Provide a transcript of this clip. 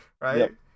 right